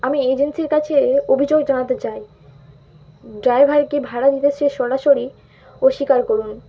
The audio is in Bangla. আমি এজেন্সির কাছে অভিযোগ জানাতে চাই ড্রাইভারকে ভাড়া নিতে সে সরাসরি অস্বীকার করুন